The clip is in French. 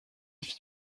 fit